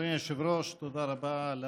אדוני היושב-ראש, תודה רבה על